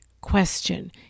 question